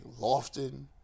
Lofton